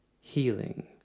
healing